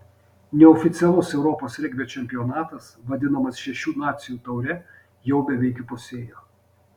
neoficialus europos regbio čempionatas vadinamas šešių nacijų taure jau beveik įpusėjo